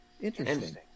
Interesting